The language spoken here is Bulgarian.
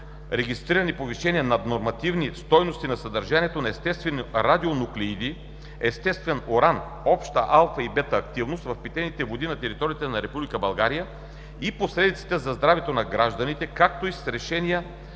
регистрирани повишени (наднормативни) стойности на съдържанието на естествени радионуклиди (естествен уран, обща алфа и бета активност) в питейните води на територията на Република България и последиците за здравето на гражданите, както и с решенията